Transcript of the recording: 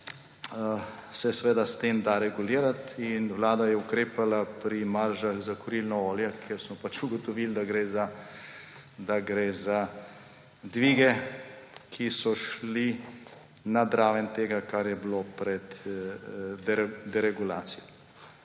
se seveda s tem da regulirati in vlada je ukrepala pri maržah za kurilno olje, kjer smo pač ugotovili, da gre za dvige, ki so šli nad raven tega, kar je bilo pred deregulacijo.